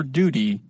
duty